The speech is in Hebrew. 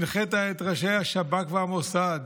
הנחית את ראשי השב"כ והמוסד.